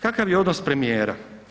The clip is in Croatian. Kakav je odnos premijera?